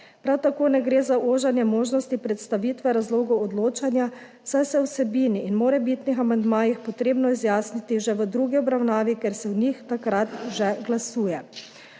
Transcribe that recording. Prav tako ne gre za oženje možnosti predstavitve razlogov odločanja, saj se je o vsebini in morebitnih amandmajih treba izjasniti že v drugi obravnavi, ker se o njih takrat že glasuje.